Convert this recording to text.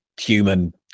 human